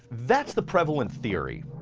that's the prevalent theory.